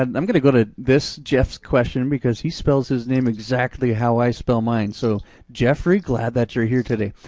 and i'm gonna go to this, geoff's question, because he spells his name exactly how i spell mine, so geoffrey, glad that you're here today.